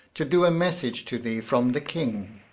to do a message to thee from the king.